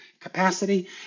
capacity